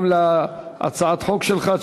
גם בהצעת החוק שלך,